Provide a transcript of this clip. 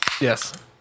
Yes